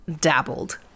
dabbled